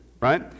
right